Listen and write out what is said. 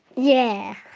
yeah.